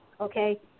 Okay